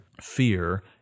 fear